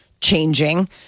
changing